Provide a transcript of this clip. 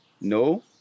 No